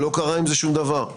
לא קרה עם זה שום דבר.